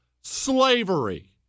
Slavery